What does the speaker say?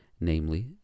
namely